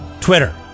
Twitter